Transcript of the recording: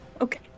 okay